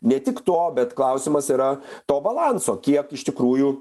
ne tik to bet klausimas yra to balanso kiek iš tikrųjų